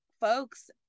folks